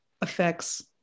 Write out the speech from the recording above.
affects